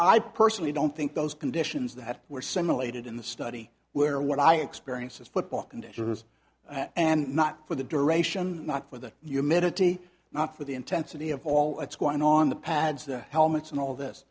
i personally don't think those conditions that were simulated in the study were what i experience as football conditions and not for the duration not for the humanity not for the intensity of all it's going on the pads the helmets and all this